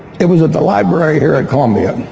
it was at the library here at columbia, i